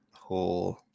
whole